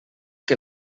que